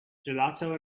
gelato